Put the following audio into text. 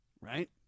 right